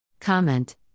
Comment